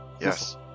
Yes